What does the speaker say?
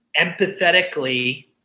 Empathetically